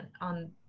on